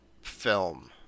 film